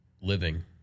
living